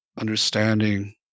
understanding